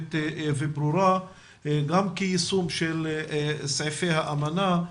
מפורשת וברורה גם כיישום של סעיפי האמנה.